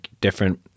different